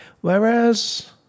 Whereas